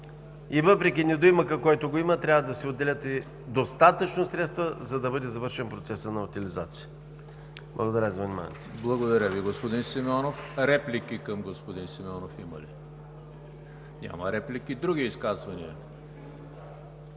и въпреки недоимъка, който го има, трябва да се отделят достатъчно средства, за да бъде завършен процесът на утилизация. Благодаря за вниманието.